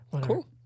Cool